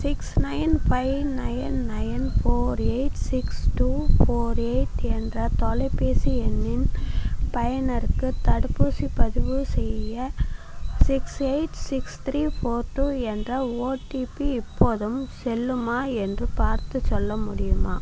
six nine five nine nine four eight six two four eight என்ற தொலைபேசி எண்ணின் பயனருக்கு தடுப்பூசி பதிவுசெய்ய six eight six three four two என்ற ஓடிபி இப்போதும் செல்லுமா என்று பார்த்துச் சொல்ல முடியுமா